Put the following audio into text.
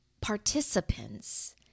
participants